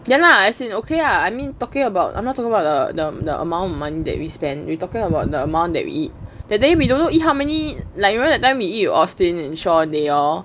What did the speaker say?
ya lah as in okay ah I mean talking about I'm not talking about the the amount of money that we spend we talking about the amount that we eat that day we don't know how many like remember that time we eat with austin sean they all